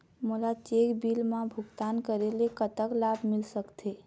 मोला cheque bill मा भुगतान करेले कतक लाभ मिल सकथे?